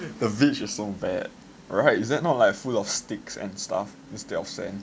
the beach is so bad right is it not like full of sticks and stuff instead of sand